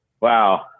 wow